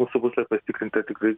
mūsų puslapyje pasitikrinti ar tikrai